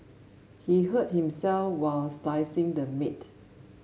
he hurt himself while slicing the meat